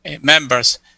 members